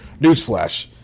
Newsflash